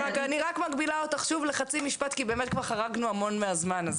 אני רק מגבילה אותך שוב לחצי משפט כי באמת כבר חרגנו המון מהזמן.